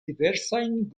diversajn